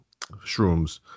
shrooms